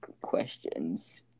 questions